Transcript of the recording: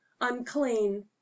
unclean